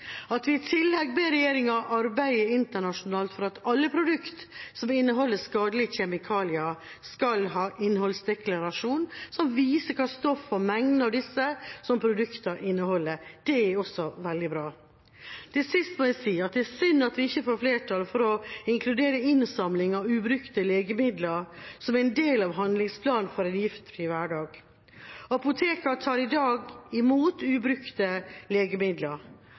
At vi i tillegg ber regjeringa «arbeide internasjonalt for at alle produkter som inneholder skadelige kjemikalier, skal ha en innholdsdeklarasjon som viser hvilke stoffer og mengden av disse som produktene inneholder», er også veldig bra. Til sist må jeg si at det er synd at vi ikke får flertall for å inkludere innsamling av ubrukte legemidler som en del av handlingsplanen for en giftfri hverdag. Apotekene tar i dag imot ubrukte legemidler.